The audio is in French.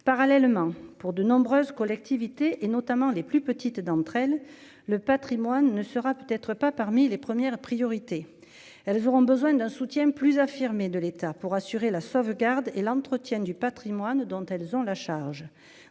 parallèlement pour de nombreuses collectivités et notamment les plus petites d'entre elles, le Patrimoine ne sera peut être pas parmi les premières priorités, elles auront besoin d'un soutien plus affirmé de l'État pour assurer la sauvegarde et l'entretien du Patrimoine dont elles ont la charge